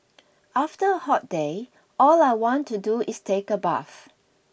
after a hot day all I want to do is take a bath